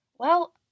Well